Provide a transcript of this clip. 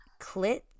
clit